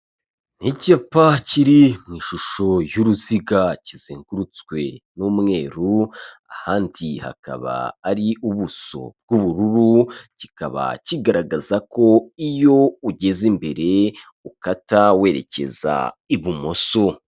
Ni icyapa kiri mu ishusho y'uruziga kizengurutswe n'umweru, ahandi hakaba ari ubuso bw'ubururu, kikaba kigaragaza ko iyo ugeze imbere ukata werekeza ibumoso.